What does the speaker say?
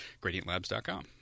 Gradientlabs.com